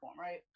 right